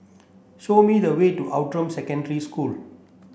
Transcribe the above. show me the way to Outram Secondary School